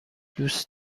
دوست